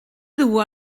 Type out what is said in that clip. dur